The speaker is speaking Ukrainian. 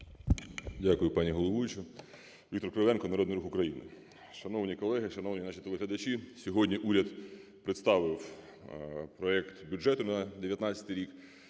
Дякую, пані головуюча! Віктор Кривенко, Народний Рух України. Шановні колеги, шановні наші телеглядачі! Сьогодні уряд представив проект бюджету на 19-й рік.